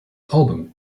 album